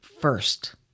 first